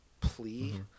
plea